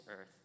earth